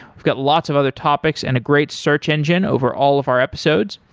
we've got lots of other topics and a great search engine over all of our episodes.